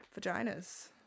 vaginas